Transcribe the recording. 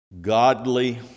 godly